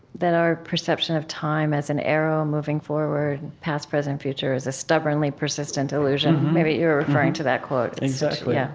that our perception of time as an arrow moving forward past, present, future is a stubbornly persistent illusion. maybe you were referring to that quote exactly. yeah